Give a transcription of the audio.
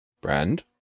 Brand